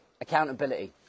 Accountability